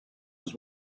was